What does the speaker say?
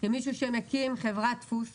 כמישהו שמקים חברת דפוס.